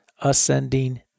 ascending